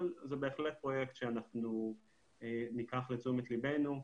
אבל זה בהחלט פרויקט שאנחנו ניקח לתשומת ליבנו.